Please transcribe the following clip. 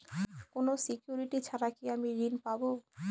কোনো সিকুরিটি ছাড়া কি আমি ঋণ পাবো?